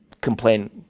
complain